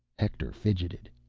hector fidgeted,